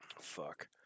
Fuck